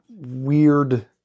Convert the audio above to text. Weird